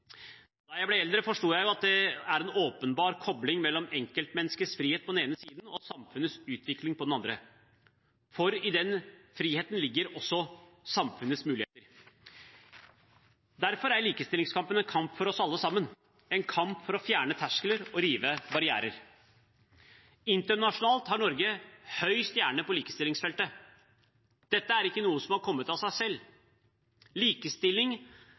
Da jeg ble eldre, forsto jeg at det er en åpenbar kobling mellom enkeltmenneskets frihet på den ene siden og samfunnets utvikling på den andre, for i den friheten ligger også samfunnets muligheter. Derfor er likestillingskampen en kamp for oss alle sammen, en kamp for å fjerne terskler og rive barrierer. Internasjonalt har Norge en høy stjerne på likestillingsfeltet. Dette er ikke noe som har kommet av seg selv. Likestilling